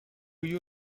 you